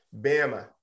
Bama